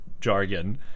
jargon